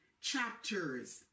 Chapters